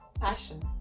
Passion